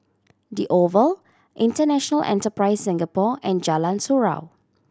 The Oval International Enterprise Singapore and Jalan Surau